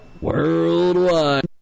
Worldwide